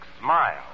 smile